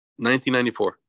1994